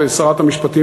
ושרת המשפטים,